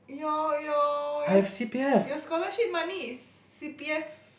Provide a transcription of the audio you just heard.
your your your your scholarship money is c_p_f